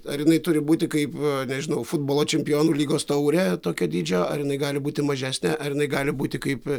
ar jinai turi būti kaip nežinau futbolo čempionų lygos taurė tokio dydžio ar jinai gali būti mažesnė ar jinai gali būti kaip